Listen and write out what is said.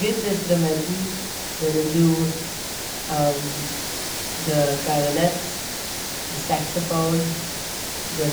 ווינט אינסטראמענטן איז דא די קלארינעט, די סאקסיפאון, די